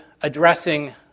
addressing